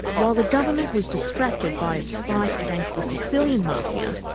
while the government was distracted by its fight against the sicilian mafia,